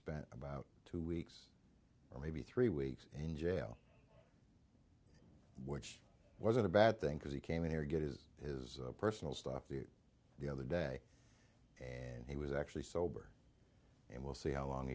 spent about two weeks or maybe three weeks in jail which wasn't a bad thing because he came in here get his his personal stuff in the other day and he was actually sober and we'll see how long